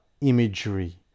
imagery